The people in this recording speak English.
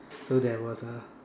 so there was a